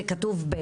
זה כתוב?